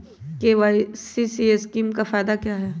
KCC scheme का फायदा क्या है?